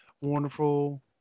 wonderful